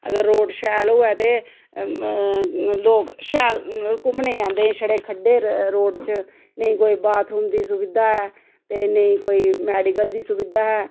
अगर रोड शैल होऐ ते लोक शैल घूमने गी आंदे ते छड़े खड्डे रोड च नेईं कोई बाथरूम दी सुविधा ऐ ते नेईं कोई मेडिकल दी सुविधा ऐ